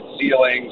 ceilings